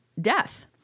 death